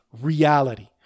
reality